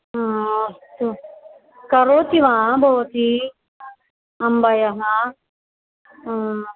हा अस्तु करोति वा भवती अम्बयाः हा